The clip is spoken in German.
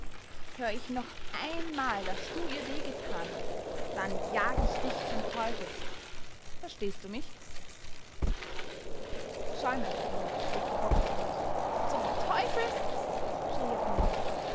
hör ich noch einmal daß du ihr weh getan hast dann jag ich dich zum teufel verstehst du mich schäumend vor wut legte bogdn los zum teufel schrie er